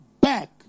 back